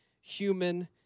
human